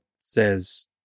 says